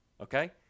Okay